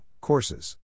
courses